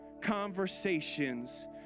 conversations